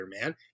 man